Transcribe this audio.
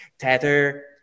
Tether